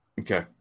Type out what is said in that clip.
Okay